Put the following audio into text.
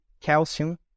calcium